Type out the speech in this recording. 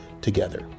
together